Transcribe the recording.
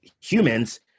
humans